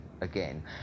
again